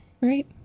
right